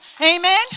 amen